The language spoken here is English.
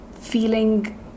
feeling